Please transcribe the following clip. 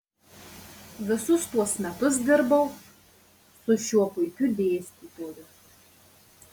visus tuos metus dirbau su šiuo puikiu dėstytoju